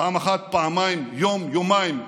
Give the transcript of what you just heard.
פעם אחת, פעמיים, יום, יומיים,